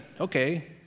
okay